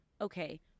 Okay